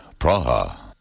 Praha